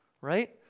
Right